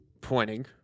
pointing